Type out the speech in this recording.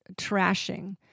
trashing